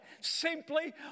simply